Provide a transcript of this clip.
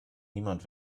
niemand